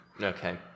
okay